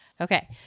Okay